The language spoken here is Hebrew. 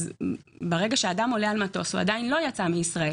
אז ברגע שאדם עולה על מטוס הוא עדיין לא יצא מישראל.